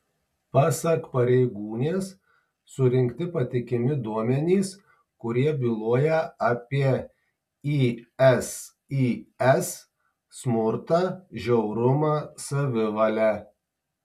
pasak pareigūnės surinkti patikimi duomenys kurie byloja apie isis smurtą žiaurumą savivalę